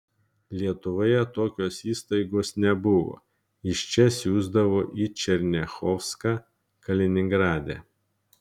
lietuvoje tokios įstaigos nebuvo iš čia siųsdavo į černiachovską kaliningrade